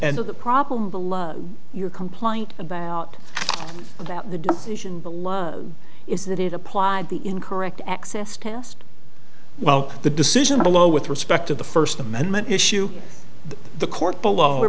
and the problem below your complaint about that the decision below is that it applied the incorrect access past well the decision below with respect to the first amendment issue the court below are